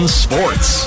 sports